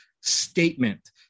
statement